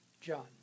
John